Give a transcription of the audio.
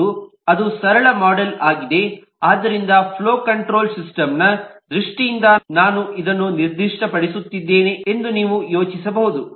ಅದು ಸರಳ ಮೋಡೆಲ್ ಆಗಿದೆ ಆದ್ದರಿಂದ ಫ್ಲೋ ಕಂಟ್ರೋಲ್ ಸಿಸ್ಟಮ್ನ ದೃಷ್ಟಿಯಿಂದ ನಾನು ಇದನ್ನು ನಿರ್ದಿಷ್ಟಪಡಿಸುತ್ತಿದ್ದೇನೆ ಎಂದು ನೀವು ಯೋಚಿಸಬಹುದು